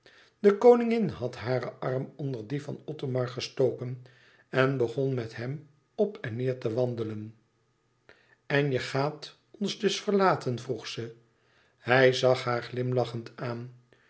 de koningin had haren arm onder dien van othomar gestoken en begon met hem op en neêr te wandelen en je gaat ons dus verlaten vroeg ze hij zag haar glimlachend aan